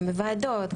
גם בוועדות,